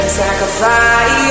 sacrifice